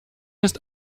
ist